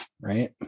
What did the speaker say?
right